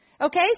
Okay